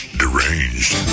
deranged